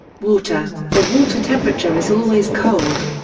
water the water temperature is always cold.